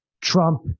Trump